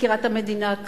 מזכירת המדינה,